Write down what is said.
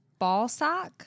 Ballsock